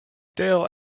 dale